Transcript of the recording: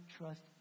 trust